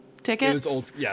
Tickets